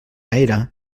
era